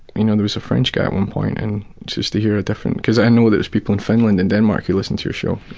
you know there was a french guy one point, and just to hear a different. cause i know, there are people in finland and denmark who listen to your show.